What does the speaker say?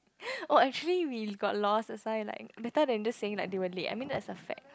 oh actually we got lost that's why like better then just saying like they were late I mean that's a fact